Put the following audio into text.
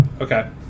Okay